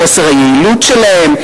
לחוסר היעילות שלהם,